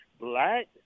Black